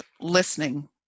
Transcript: listening